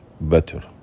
better